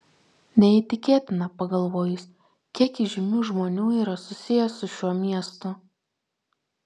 neįtikėtina pagalvojus kiek įžymių žmonių yra susiję su šiuo miestu